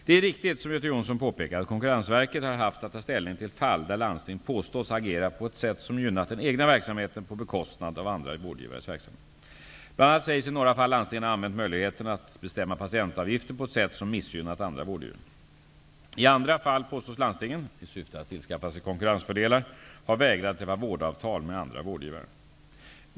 Det är riktigt som Göte Jonsson påpekar att Konkurrensverket har haft att ta ställning till fall där landsting påståtts ha agerat på ett sätt som gynnat den egna verksamheten på bekostnad av andra vårdgivares verksamhet. Bl.a. sägs i några fall landstingen ha använt möjligheten att bestämma patientavgifter på ett sätt som missgynnat andra vårdgivare. I andra fall påstås landstingen -- i syfte att tillskansa sig konkurrensfördelar -- ha vägrat att träffa vårdavtal med andra vårdgivare.